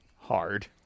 Hard